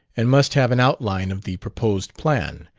and must have an outline of the proposed plan.